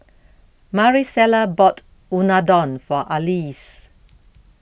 Marisela bought Unadon for Alease